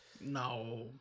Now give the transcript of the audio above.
No